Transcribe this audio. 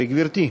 13. גברתי.